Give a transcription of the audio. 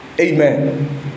Amen